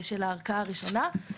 של הערכאה הראשונה.